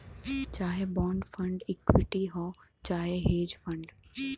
चाहे bond fund equity हौ चाहे हेज फ़ंड